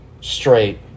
straight